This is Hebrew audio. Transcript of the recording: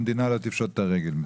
המדינה לא תפשוט את הרגל מזה.